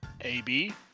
AB